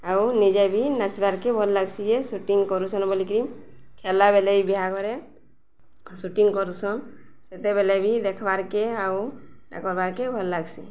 ଆଉ ନିଜେ ବି ନାଚିବାର୍କେ ଭଲ୍ ଲାଗସି ଯେ ସୁଟିଂ କରୁସନ୍ ବୋଲିକି ଖେଲାବେଲେ ବି ବିହାଘରେ ସୁଟିଂ କରୁସନ୍ ସେତେବେଲେ ବି ଦେଖ୍ବାର୍କେ ଆଉଟା କର୍ବାର୍କେ ଭଲ ଲାଗ୍ସି